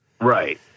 Right